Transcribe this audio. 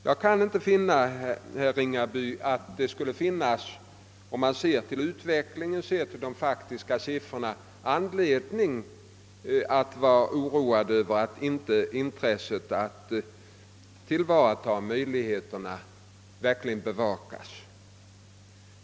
Jag kan inte finna, herr Ringaby, att det om man ser till utvecklingen, till de faktiska siffrorna, skulle föreligga anledning att vara oroad över att möjligheterna att tillvarata intressena härvidlag inte bevakas.